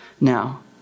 now